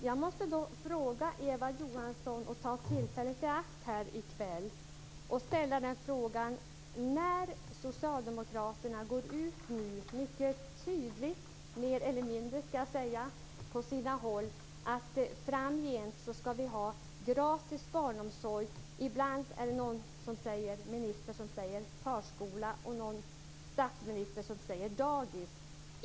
Fru talman! Jag måste ta tillfället i akt här i kväll att ställa en fråga till Eva Johansson. Socialdemokraterna går nu mer eller mindre tydligt ut med att det framgent skall vara gratis barnomsorg. Ibland talar någon minister om förskola, och en statsminister talar om dagis.